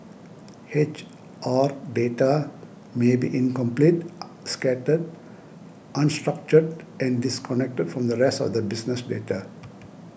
H R data may be incomplete scattered unstructured and disconnected from the rest of the business data